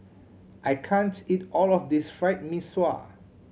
I can't eat all of this Fried Mee Sua